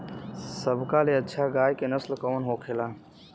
सबका ले अच्छा गाय के नस्ल कवन होखेला?